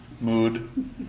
mood